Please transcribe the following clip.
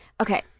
Okay